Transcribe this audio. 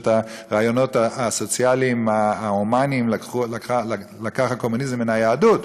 שאת הרעיונות הסוציאליים ההומניים לקח הקומוניזם מן היהדות,